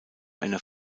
einer